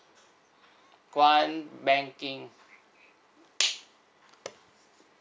call one banking